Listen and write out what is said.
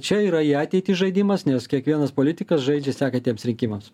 čia yra į ateitį žaidimas nes kiekvienas politikas žaidžia sekantiems rinkimams